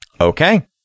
okay